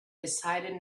decided